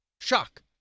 Shock